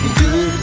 good